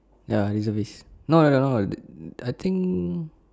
ya reservist no no no no no I think